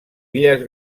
illes